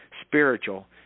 spiritual